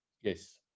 Yes